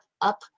up